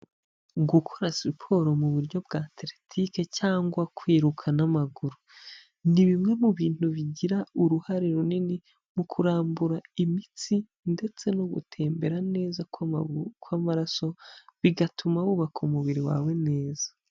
Gukora siporo mu buryo bwa teritike cyangwa kwiruka n'amaguru, ni bimwe mu bintu bigira uruhare runini mu kurambura imitsi ndetse no gutembera neza kw'amaraso bigatuma wubaka umubiri wawe neza.